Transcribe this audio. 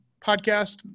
podcast